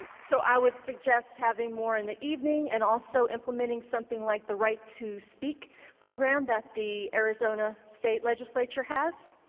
so i would suggest having more in the evening and also implementing something like the right to speak program that the arizona state legislature has.